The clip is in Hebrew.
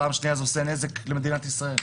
פעם שנייה זה גורם נזק למדינת ישראל.